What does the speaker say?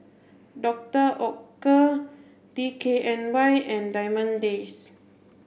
Doctor Oetker D K N Y and Diamond Days